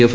F